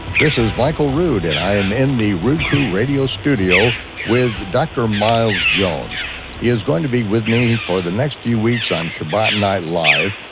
this is michael rood, and i am in the rood crew radio studio with dr. miles jones. he is going to be with me for the next fee weeks on shabbat night live.